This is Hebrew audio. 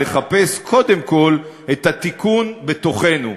לחפש קודם כול את התיקון בתוכנו.